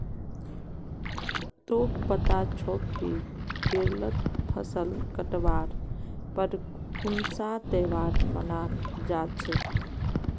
तोक पता छोक कि केरलत फसल काटवार पर कुन्सा त्योहार मनाल जा छे